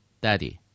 Daddy